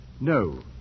No